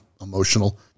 emotional